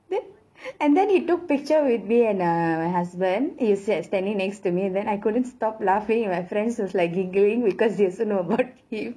then and then he took picture with me and uh my husband he's like standing next to me and then I couldn't stop laughing and my friends was like giggling because they also know about him